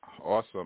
Awesome